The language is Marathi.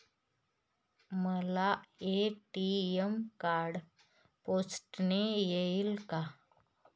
मला ए.टी.एम कार्ड पोस्टाने येईल का?